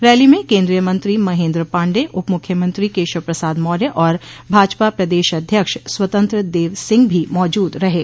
rally में केन्द्रीय मंत्री महेन्द्र पाण्डेय उप मुख्यमंत्री केशव प्रसाद मौर्य और भाजपा प्रदेश अध्यक्ष स्वतंत्र देव सिंह भी मौजुद थे